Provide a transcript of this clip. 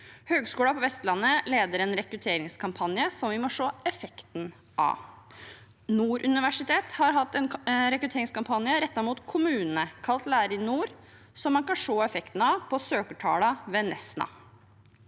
Høgskulen på Vestlandet leder en rekrutteringskampanje som vi må se på effekten av. Nord universitet har hatt en rekrutteringskampanje rettet mot kommunene, kalt LæreriNord, som man kan se effekten av på søkertallene ved Nesna.